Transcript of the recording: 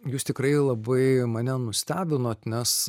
jūs tikrai labai mane nustebinot nes